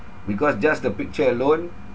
because just the picture alone